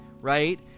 right